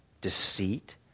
deceit